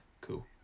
cool